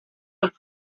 have